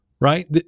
Right